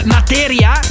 Materia